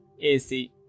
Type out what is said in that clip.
AC